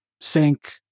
sink